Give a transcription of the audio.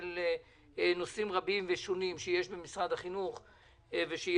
של נושאים רבים ושונים שיש במשרד החינוך ושיש